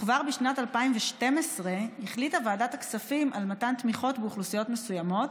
כבר בשנת 2012 החליטה ועדת הכספים על מתן תמיכות באוכלוסיות מסוימות,